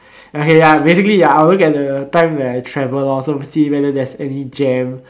ya okay ya basically ya I will look at like time where I travel lor to see if got any jam